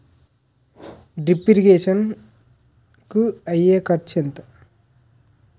Drip irrigation కూ అయ్యే ఖర్చు ఎంత?